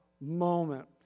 moment